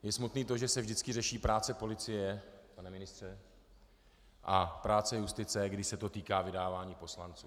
Je smutné to, že se vždy řeší práce policie, pane ministře, a práce justice, když se to týká vydávání poslanců.